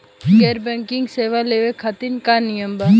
गैर बैंकिंग सेवा लेवे खातिर का नियम बा?